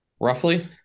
roughly